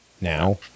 Now